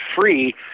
free